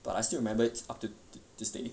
but I still remember till up to this day